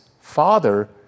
father